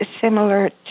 similar